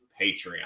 Patreon